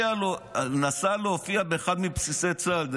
נסע להופיע באחד מבסיסי צה"ל.